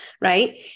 Right